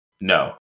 no